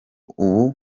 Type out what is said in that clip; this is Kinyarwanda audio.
ubu